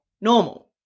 normal